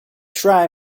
try